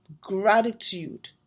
gratitude